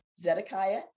Zedekiah